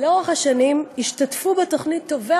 ישראל מובא לפניכם לקריאה